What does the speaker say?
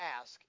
ask